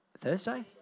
Thursday